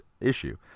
issue